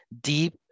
deep